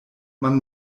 man